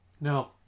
No